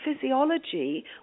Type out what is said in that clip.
physiology